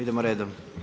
Idemo redom.